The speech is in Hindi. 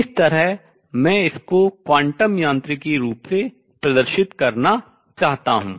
इस तरह मैं इसको क्वांटम यांत्रिकी रूप से प्रदर्शित करना चाहता हूँ